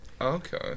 Okay